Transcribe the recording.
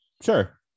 Sure